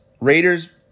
Raiders